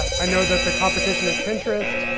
i know that the competition is pinterest,